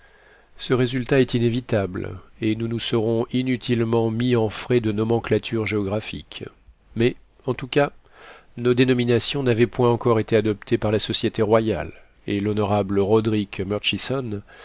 ce résultat est inévitable et nous nous serons inutilement mis en frais de nomenclature géographique mais en tout cas nos dénominations n'avaient point encore été adoptées par la société royale et l'honorable